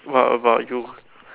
what about you